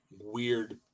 Weird